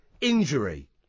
injury